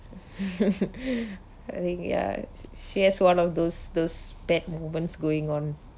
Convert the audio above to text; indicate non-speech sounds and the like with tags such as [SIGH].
[LAUGHS] I think ya she has one of those those bad moments going on